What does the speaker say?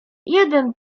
jeden